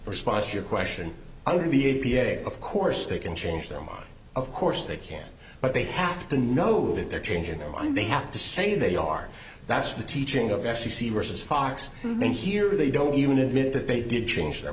response your question out of the a p a of course they can change their mind of course they can but they have to know that they're changing their mind they have to say they are that's the teaching of actually see versus fox mynheer they don't even admit that they did change their